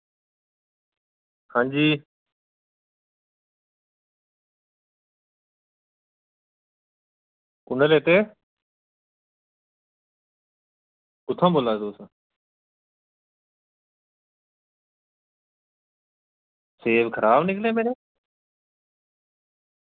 हां जी कु'नें लैते कुत्थां बोल्ला दे तुस सेव खराब निकले दे